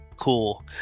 cool